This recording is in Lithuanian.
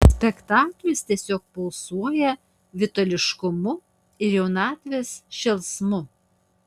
spektaklis tiesiog pulsuoja vitališkumu ir jaunatvės šėlsmu